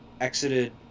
exited